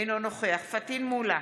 אינו נוכח פטין מולא,